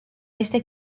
este